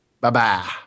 bye-bye